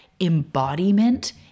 embodiment